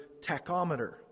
tachometer